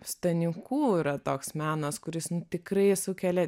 stanikų yra toks menas kuris tikrai sukelia